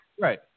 right